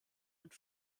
und